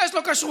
יש לו כשרויות,